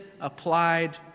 applied